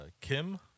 Kim